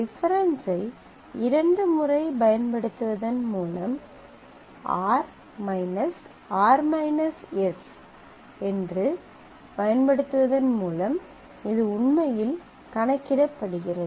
difference ஐ இரண்டு முறை பயன்படுத்துவதன் மூலம் r இது உண்மையில் கணக்கிடப்படுகிறது